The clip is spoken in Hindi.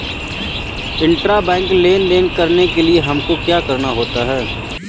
इंट्राबैंक लेन देन करने के लिए हमको क्या करना होता है?